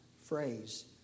phrase